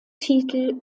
titel